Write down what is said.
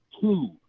two